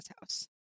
house